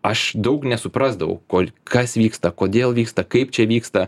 aš daug nesuprasdavau kol kas vyksta kodėl vyksta kaip čia vyksta